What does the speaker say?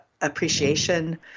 appreciation